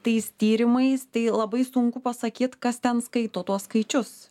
tais tyrimais tai labai sunku pasakyt kas ten skaito tuos skaičius